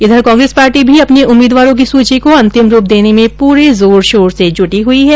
इधर कांग्रेस पार्टी भी अपने उम्मीदवारों की सूची को अंतिम रूप देने में पूरे जोर शोर से जुटी हुई है